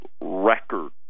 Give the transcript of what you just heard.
record